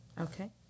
Okay